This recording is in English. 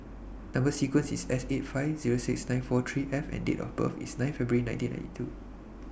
Number sequence IS S eight five Zero six nine four three F and Date of birth IS nine February nineteen ninety two